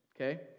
okay